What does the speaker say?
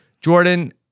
jordan